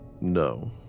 No